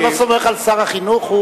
אתה לא סומך על שר החינוך?